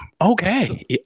okay